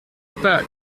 pas